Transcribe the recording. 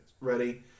ready